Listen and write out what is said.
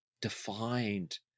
defined